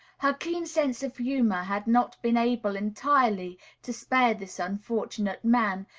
her keen sense of humor had not been able entirely to spare this unfortunate man,